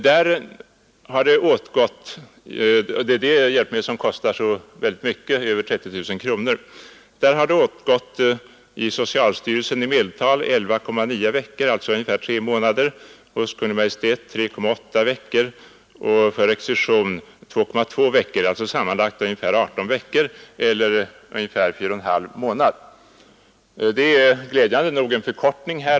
Detta hjälpmedel kostar över 30 000 kronor. Handläggningstiden för denna rullstol har i socialstyrelsen varit i medeltal 11,9 veckor, alltså ungefär tre månader, hos Kungl. Maj:t 3,8 veckor och för rekvisition 2,2 veckor, dvs. sammanlagt ungefär 18 veckor eller 4,5 månader. Det är glädjande nog en förkortning.